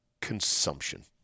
consumption